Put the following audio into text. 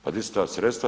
Pa di su ta sredstva?